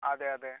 അതെ അതെ